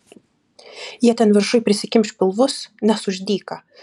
jie ten viršuj prisikimš pilvus nes už dyka